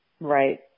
Right